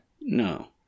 No